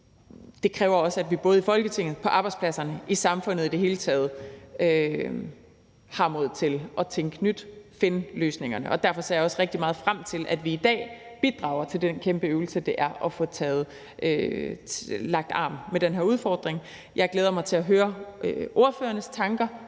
det kræver også, at vi både i Folketinget, på arbejdspladserne og i samfundet i det hele taget har mod til at tænke nyt og finde løsningerne. Derfor ser jeg også rigtig meget frem til, at vi i dag bidrager til den kæmpe øvelse, det er at få lagt arm med den her udfordring. Jeg glæder mig til at høre ordførernes tanker